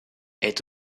est